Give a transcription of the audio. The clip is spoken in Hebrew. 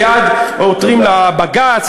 מייד עותרים לבג"ץ,